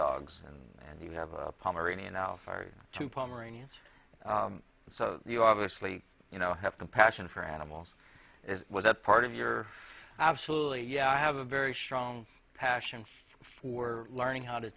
dogs and you have a pomeranian out far too pomeranians so you obviously you know have compassion for and it was a part of your absolutely yeah i have a very strong passion for learning how to